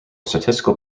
statistical